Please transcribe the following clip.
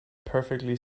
perfectly